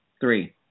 Three